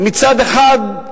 מצד אחד,